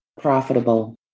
profitable